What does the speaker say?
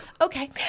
Okay